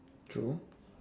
true